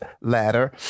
ladder